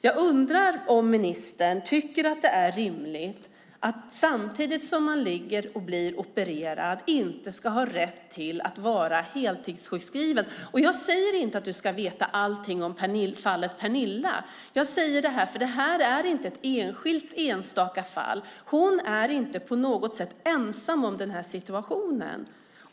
Jag undrar om ministern tycker att det är rimligt att samtidigt som man ligger och blir opererad inte ska ha rätt att vara heltidssjukskriven. Jag säger inte att ministern ska veta allting om fallet Pernilla, men det här är inte ett enskilt, enstaka fall. Hon är inte på något sätt ensam om den här situationen.